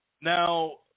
Now